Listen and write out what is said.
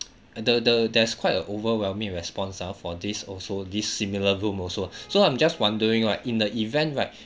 the the there's quite a overwhelming response ah for this also this similar room also so I'm just wondering right in the event right